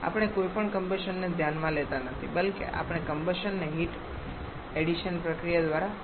આપણે કોઈપણ કમ્બશનને ધ્યાનમાં લેતા નથી બલ્કે આપણે કમ્બશનને હીટ એડિશન પ્રક્રિયા દ્વારા બદલી રહ્યા છીએ